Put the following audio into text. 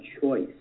choice